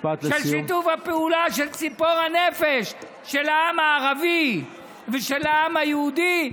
שיתוף הפעולה בציפור הנפש של העם הערבי ושל העם היהודי,